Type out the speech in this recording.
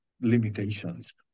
limitations